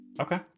Okay